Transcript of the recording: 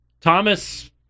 Thomas